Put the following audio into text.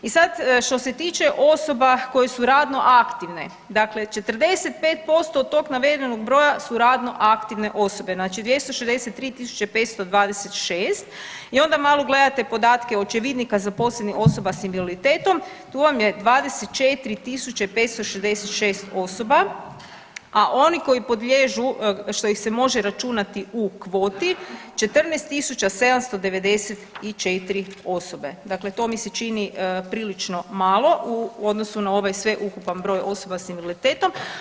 I sad što se tiče osoba koje su radno aktivne, dakle 45% od tog navedenog broja su radno aktivne osobe znači 263.526 i onda malo gledate podatke očevidnika zaposlenih osoba s invaliditetom tu vam je 24.566 osoba, a oni koji podliježu što ih se može računati u kvoti 14.794 osobe, dakle to mi se čini prilično malo u odnosu na ovaj sveukupan broj osoba s invaliditetom.